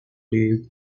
dave